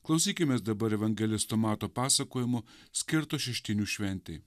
klausykimės dabar evangelisto mato pasakojimo skirto šeštinių šventei